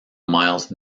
miles